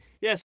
yes